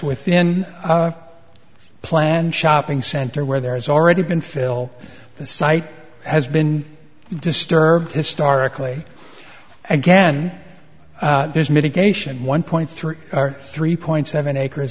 within plan shopping center where there is already been phil the site has been disturbed historically again there's mitigation one point three three point seven acres